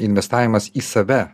investavimas į save